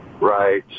right